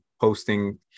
posting